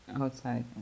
Outside